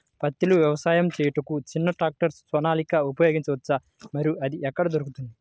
పత్తిలో వ్యవసాయము చేయుటకు చిన్న ట్రాక్టర్ సోనాలిక ఉపయోగించవచ్చా మరియు అది ఎక్కడ దొరుకుతుంది?